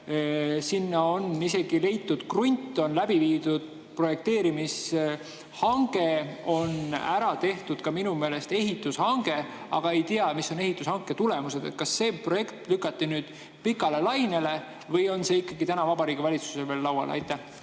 Selleks on isegi leitud krunt, on läbi viidud projekteerimishange, on ära tehtud minu meelest ka ehitushange, aga ma ei tea, mis on ehitushanke tulemused. Kas see projekt lükati nüüd pikale lainele või on see ikkagi täna Vabariigi Valitsusel veel laual? Aitäh,